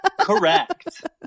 correct